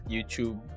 YouTube